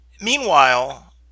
Meanwhile